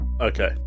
Okay